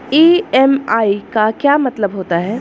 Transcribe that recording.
EMI का क्या मतलब होता है?